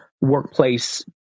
workplace